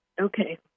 okay